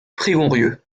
prigonrieux